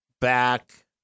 back